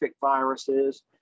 viruses